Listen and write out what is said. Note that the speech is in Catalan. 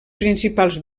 principals